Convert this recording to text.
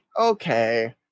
Okay